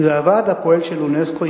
זה הוועד הפועל של אונסק"ו,